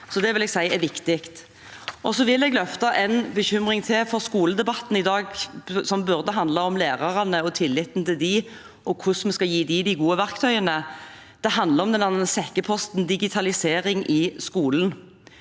si er viktig. Så vil jeg løfte en bekymring til, for skoledebatten i dag, som burde handle om lærerne og tilliten til dem og hvordan vi skal gi dem de gode verktøyene, handler om sekkeposten digitalisering i skolen.